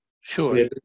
Sure